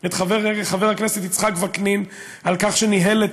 את חבר הכנסת יצחק וקנין על כך שניהל את